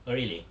oh really